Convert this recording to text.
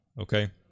Okay